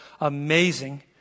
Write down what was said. amazing